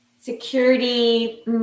security